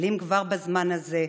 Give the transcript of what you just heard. מתחילים כבר בזמן הזה,